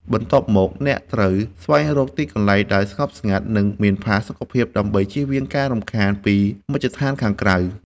បន្ទាប់មក អ្នកត្រូវស្វែងរកទីកន្លែងដែលស្ងប់ស្ងាត់ និងមានផាសុកភាព ដើម្បីជៀសវាងការរំខានពីមជ្ឈដ្ឋានខាងក្រៅ។